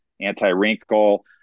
anti-wrinkle